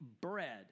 bread